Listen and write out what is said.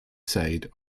side